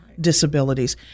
disabilities